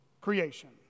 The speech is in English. creation